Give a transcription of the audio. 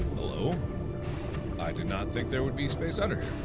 hello i do not think there would be space under